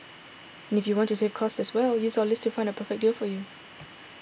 and if you want to save cost as well use our list to find a perfect deal for you